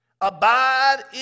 abide